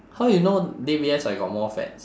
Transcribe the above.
how you know D_B_S I got more fats